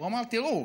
תראו,